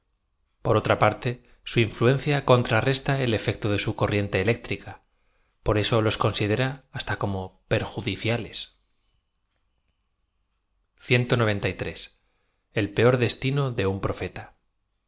por otra parte su influencia contrarresta el efecto de su corriente eléctrica por eso los considera hasta como perjudiciales l p e o r destino de un profeta